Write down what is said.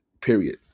period